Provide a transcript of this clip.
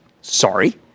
Sorry